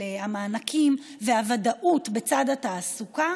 של המענקים והוודאות בצד התעסוקה,